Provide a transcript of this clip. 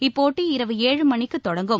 இப்போட்டி இரவு ஏழுமணிக்கு தொடங்கும்